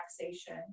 relaxation